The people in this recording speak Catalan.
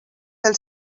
del